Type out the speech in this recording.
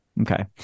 Okay